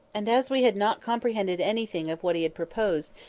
and as we had not comprehended anything of what he had proposed,